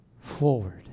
forward